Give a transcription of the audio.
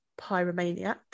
pyromaniac